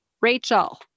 Rachel